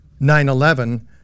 9-11